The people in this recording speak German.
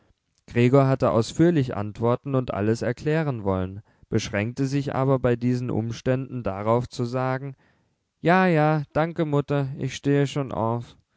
gregor hatte ausführlich antworten und alles erklären wollen beschränkte sich aber bei diesen umständen darauf zu sagen ja ja danke mutter ich stehe schon auf